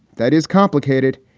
that is complicated.